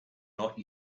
not